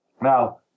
Now